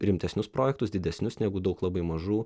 rimtesnius projektus didesnius negu daug labai mažų